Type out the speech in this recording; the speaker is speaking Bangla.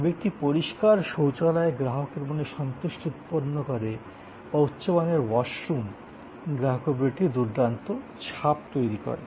তবে একটি পরিষ্কার শৌচালয় গ্রাহকের মনে সন্তুষ্টি উৎপন্ন করে বা উচ্চ মানের ওয়াশরুম গ্রাহকের উপর একটি দুর্দান্ত ছাপ তৈরি করে